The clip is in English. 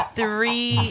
three